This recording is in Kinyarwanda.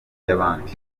y’abandi